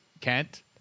Kent